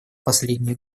последние